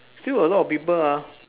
still a lot of people ah